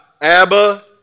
Abba